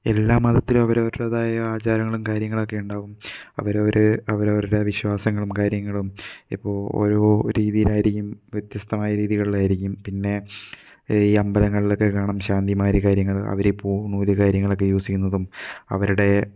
എല്ലാ മതത്തിലും അവരവരുടേതായ ആചാരങ്ങളും കാര്യങ്ങളൊക്കെയുണ്ടാകും അവരവര് അവരവരുടെ വിശ്വാസങ്ങളും കാര്യങ്ങളും ഇപ്പോൾ ഓരോ രീതിലായിരിക്കും വ്യത്യസ്തമായ രീതികളിലായിരിക്കും പിന്നെ ഈ അമ്പലങ്ങളിലക്കെ കാണാം ശാന്തിമാര് കാര്യങ്ങള് അവര് പൂണൂല് കാര്യങ്ങളൊക്കെ യൂസ് ചെയ്യുന്നതും അവരുടെ